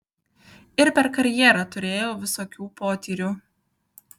ir per karjerą turėjau visokių potyrių